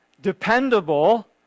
dependable